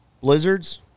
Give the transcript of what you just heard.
blizzards